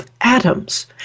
atoms